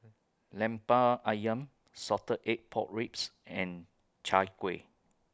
Lemper Ayam Salted Egg Pork Ribs and Chai Kueh